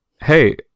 Hey